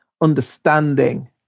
understanding